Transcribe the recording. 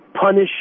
punish